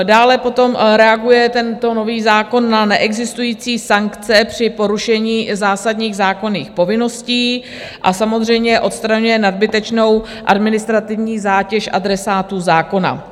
Dále potom reaguje tento nový zákon na neexistující sankce při porušení zásadních zákonných povinností a samozřejmě odstraňuje nadbytečnou administrativní zátěž adresátů zákona.